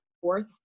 Fourth